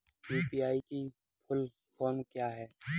UPI की full form क्या है?